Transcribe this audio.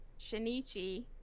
Shinichi